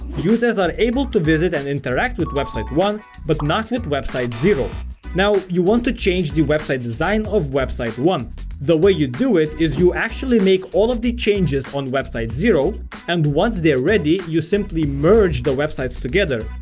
users are able to visit and interact with website one but not with website zero now, you want to change the website design of website one the way you do it is you actually make all of the changes on website zero and once they're ready you simply merge the websites together.